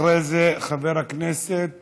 אחרי זה, חבר הכנסת